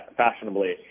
fashionably